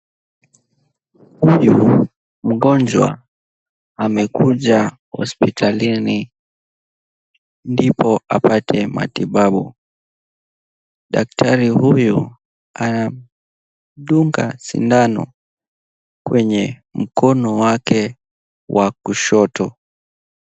Huyu mgonjwa amekuja hospitalini ndipo apate matibabu. Daktari huyu anamdunga sindano kwenye mkono wake wa kushoto.